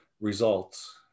results